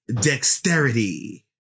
dexterity